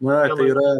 na tai yra yra